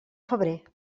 febrer